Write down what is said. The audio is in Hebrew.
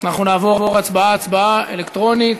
אנחנו נעבור הצבעה-הצבעה, אלקטרונית.